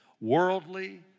Worldly